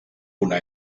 una